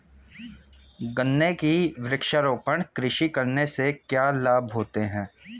गन्ने की वृक्षारोपण कृषि करने से क्या लाभ होते हैं?